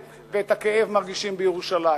בוושינגטון ואת הכאב מרגישים בירושלים.